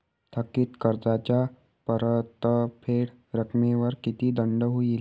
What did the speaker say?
थकीत कर्जाच्या परतफेड रकमेवर किती दंड होईल?